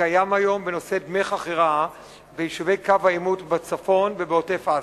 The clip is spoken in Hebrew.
שקיים היום בנושא דמי חכירה ביישובי קו העימות בצפון ובעוטף-עזה.